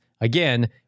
Again